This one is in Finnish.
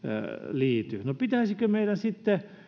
liity no pitäisikö meidän sitten